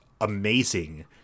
amazing